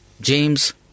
James